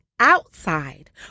outside